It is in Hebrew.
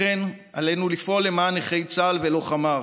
לכן עלינו לפעול למען נכי צה"ל ולוחמיו,